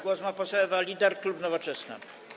Głos ma poseł Ewa Lieder, klub Nowoczesna.